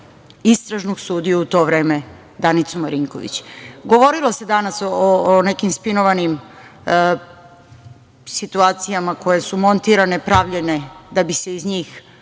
istražnog sudiju u to vreme Danicu Marinković? Govorilo se danas o nekim spinovanim situacijama koje su montirane, pravljene da bi se iz njih